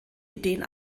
ideen